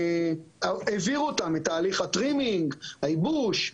העבירו אותם בתהליך ייבוש,